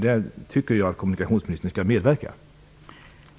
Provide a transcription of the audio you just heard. Jag tycker att kommunikationsministern skall medverka till det.